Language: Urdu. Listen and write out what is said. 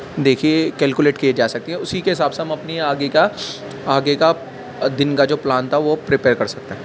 دیکھیے کیلکولیٹ کیے جا سکتے ہیں اسی کے حساب سے ہم اپنی آگے کا آگے کا دن کا جو پلان تھا وہ پریرپیئر کر سکتے ہیں